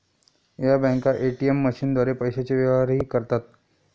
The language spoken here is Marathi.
या बँका ए.टी.एम मशीनद्वारे पैशांचे व्यवहारही करतात